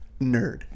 Nerd